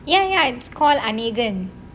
ya ya it's call anegan